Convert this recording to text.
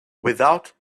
without